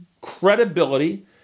credibility